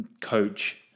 coach